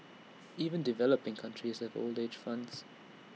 even developing countries have old age funds